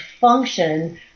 function